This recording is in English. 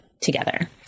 together